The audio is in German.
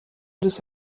des